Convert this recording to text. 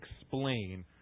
explain